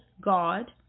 God